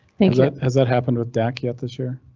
has that happened with dac yet this year?